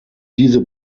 diese